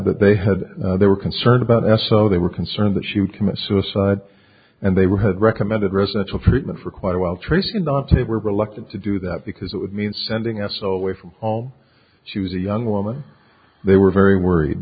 that they had they were concerned about s so they were concerned that she would commit suicide and they were had recommended residential treatment for quite a while tracing the tape we're reluctant to do that because it would mean sending us all away from home she was a young woman they were very worried